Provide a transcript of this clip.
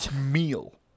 meal